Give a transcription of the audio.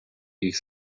ich